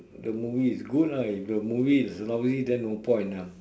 the movie is good ah if the movie is lousy then no point ah